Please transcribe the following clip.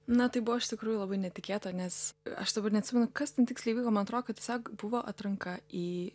na tai buvo iš tikrųjų labai netikėta nes aš dabar neatsimenu kas ten tiksliai vyko man atrodo kad tiesiog buvo atranka į